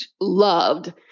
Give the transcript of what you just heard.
loved